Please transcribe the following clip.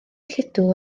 lludw